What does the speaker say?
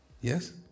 Yes